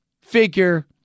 figure